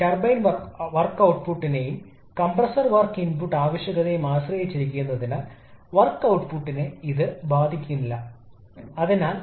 isentropic കാര്യക്ഷമതയുടെ ഫലമായി നമുക്ക് എന്താണുള്ളതെന്ന് നോക്കാം